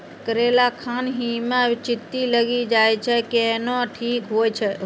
करेला खान ही मे चित्ती लागी जाए छै केहनो ठीक हो छ?